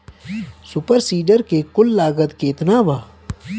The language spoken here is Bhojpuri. सुपर सीडर के कुल लागत केतना बा?